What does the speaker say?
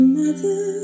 mother